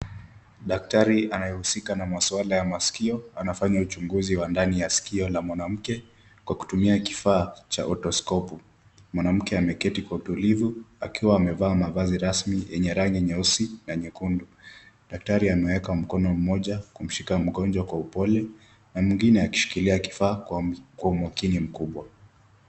Daktari anayehusika na masuala ya masikio, anafanya uchunguzi wa ndani la sikio la mwanamke, kwa kutumia kifaa cha otoscope , mwanamke ameketi kwa utulivu, akiwa amevaa mavazi rasmi yenye rangi nyeusi na nyekundu. Daktari ameweka mkono mmoja kumshika mgonjwa kwa upole na mwingine akishikilia kifaa kwa umakini mkubwa.